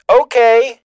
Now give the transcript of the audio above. okay